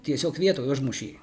tiesiog vietoj užmušė